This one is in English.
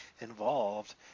involved